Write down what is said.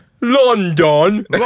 London